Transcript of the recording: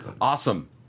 Awesome